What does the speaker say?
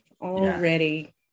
already